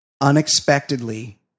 unexpectedly